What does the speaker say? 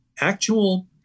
actual